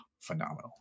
phenomenal